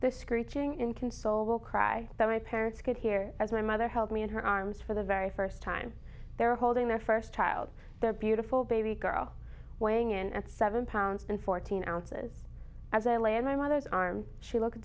the screeching inconsolable cry that my parents could hear as my mother held me in her arms for the very first time they are holding their first child the beautiful baby girl weighing in at seven pounds and fourteen ounces as i lay in my mother's arms she looked